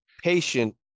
patient